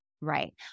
right